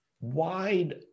wide